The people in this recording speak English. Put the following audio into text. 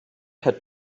had